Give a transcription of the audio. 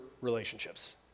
relationships